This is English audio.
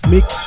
Mix